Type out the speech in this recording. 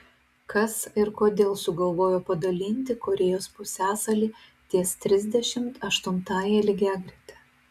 kas ir kodėl sugalvojo padalinti korėjos pusiasalį ties trisdešimt aštuntąja lygiagrete